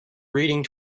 reading